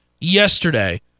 yesterday